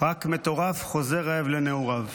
"רק מטורף חוזר רעב אל נעוריו".